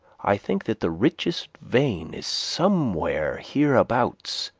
i think that the richest vein is somewhere hereabouts